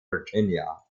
virginia